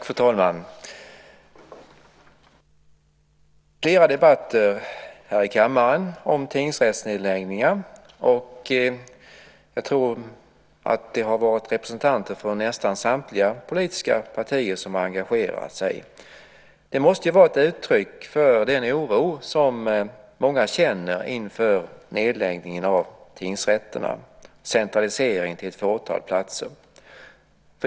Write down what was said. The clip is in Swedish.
Fru talman! Det har varit flera debatter här i kammaren om tingsrättsnedläggningar. Jag tror att representanter från nästan samtliga politiska partier har engagerat sig. Det måste vara ett uttryck för den oro som många känner inför nedläggningen av tingsrätterna, centraliseringen till ett fåtal platser.